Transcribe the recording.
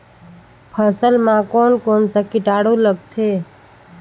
फसल मा कोन कोन सा कीटाणु लगथे?